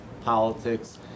politics